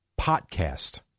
podcast